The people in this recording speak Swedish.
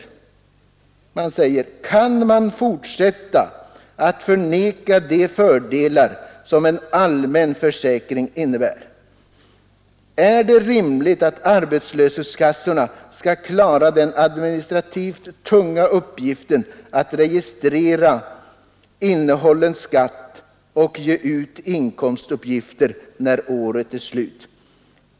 Tidningen frågar: ”Kan man fortsätta att förneka de fördelar som en allmän försäkring innebär? Är det rimligt att a-kassorna skall klara den administrativt tunga uppgiften att registrera innehållen skatt och ge ut inkomstuppgift när året är slut?